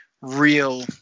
real